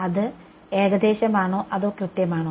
അത് ഏകദേശമാണോ അതോ കൃത്യമാണോ